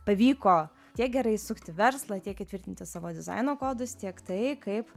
pavyko tiek gerai įsukti verslą tiek įtvirtinti savo dizaino kodus tiek tai kaip